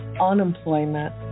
unemployment